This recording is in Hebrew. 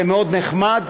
זה מאוד נחמד,